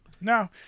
No